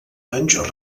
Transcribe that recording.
anys